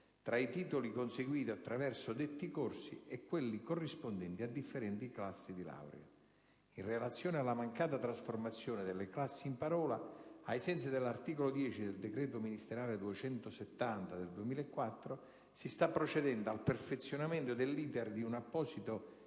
tra i titoli conseguiti attraverso detti corsi e quelli corrispondenti a differenti classi di laurea. In relazione alla mancata trasformazione delle classi in parola ai sensi dell'articolo 10 del decreto ministeriale n. 270 del 2004, si sta procedendo al perfezionamento dell'*iter* di un apposito